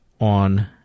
on